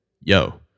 yo